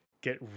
get